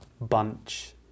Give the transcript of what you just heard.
Bunch